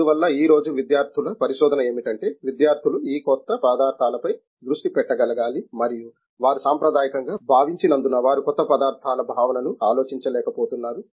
అందువల్ల ఈ రోజు విద్యార్థుల పరిశోధన ఏమిటంటే విద్యార్థులు ఈ క్రొత్త పదార్థాలపై దృష్టి పెట్టగలగాలి మరియు వారు సాంప్రదాయకంగా భావించినందున వారు కొత్త పదార్థాల భావనను ఆలోచించలేకపోతున్నారు